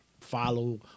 follow